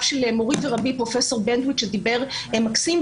של מורי ורבי פרופ' בנטואיץ שדיבר מקסים,